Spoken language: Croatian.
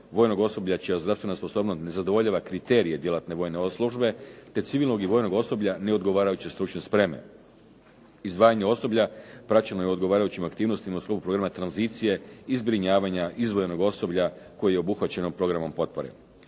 vojnog osoblja čija zdravstvena sposobnost ne zadovoljava kriterije djelatne vojne službe, te civilnog i vojnog osoblja neodgovarajuće stručne spreme. Izdvajanje osoblja praćeno je odgovarajućim aktivnostima u sklopu programa tranzicije i zbrinjavanja izdvojenog osoblja koji je obuhvaćen programom potpore.